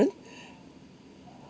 parent